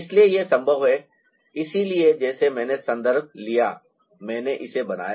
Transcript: इसलिए ये संभव है इसलिए जैसे मैंने संदर्भ लिया मैंने इसे बनाया